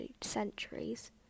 centuries